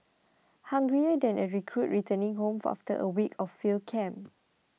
hungrier than a recruit returning home for after a week of field camp